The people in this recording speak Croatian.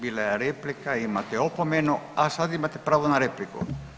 Bila je replika, imate opomenu, a sad imate pravo na repliku.